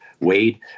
Wade